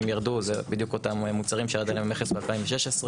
ירדו זה בדיוק אותם מוצרים שירד עליהם מכס ב-2016.